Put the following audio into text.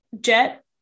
Jet